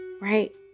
right